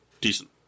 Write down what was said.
decent